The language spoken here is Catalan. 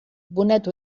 bonet